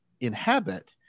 inhabit